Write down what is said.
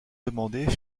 demandés